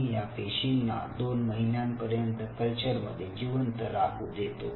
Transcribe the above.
आम्ही या पेशींना दोन महिन्यां पर्यंत कल्चरमध्ये जिवंत राहू देतो